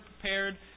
prepared